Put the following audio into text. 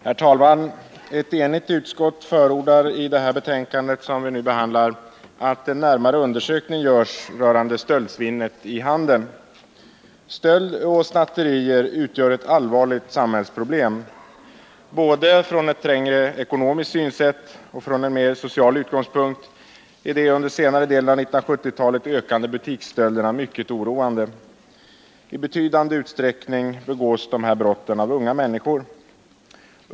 Herr talman! Ett enigt utskott förordar i det betänkande som vi nu behandlar att en närmare undersökning görs rörande stöldsvinnet i handeln. Stöld och snatteri utgör ett allvarligt samhällsproblem. Både från ett trängre ekonomiskt synsätt och från en mer social utgångspunkt är de under senare delen av 1970-talet ökande butiksstölderna mycket oroande. I betydande utsträckning begås dessa brott av unga människor.